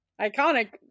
Iconic